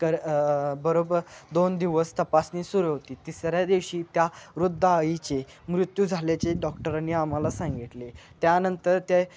कर बरोबर दोन दिवस तपासणी सुरू होती तिसऱ्या दिवशी त्या वृद्ध आईचे मृत्यू झाल्याचे डॉक्टरांनी आम्हाला सांगितले त्यानंतर ते